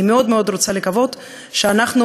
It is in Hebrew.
אני מאוד מאוד רוצה לקוות שעכשיו אנחנו